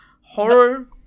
horror